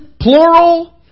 plural